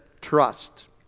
trust